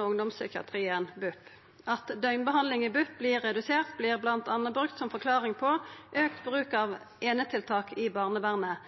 ungdomspsykiatrien, BUP. At døgnbehandling i BUP blir redusert, blir blant annet brukt som forklaring på økt bruk av enetiltak i barnevernet.